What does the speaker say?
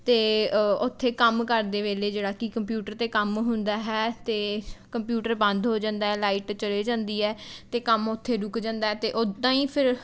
ਅਤੇ ਉੱਥੇ ਕੰਮ ਕਰਦੇ ਵੇਲੇ ਜਿਹੜਾ ਕਿ ਕੰਪਿਊਟਰ 'ਤੇ ਕੰਮ ਹੁੰਦਾ ਹੈ ਅਤੇ ਕੰਪਿਊਟਰ ਬੰਦ ਹੋ ਜਾਂਦਾ ਹੈ ਲਾਈਟ ਚਲੇ ਜਾਂਦੀ ਹੈ ਅਤੇ ਕੰਮ ਉੱਥੇ ਰੁੱਕ ਹੈ ਅਤੇ ਉੱਦਾਂ ਹੀ ਫਿਰ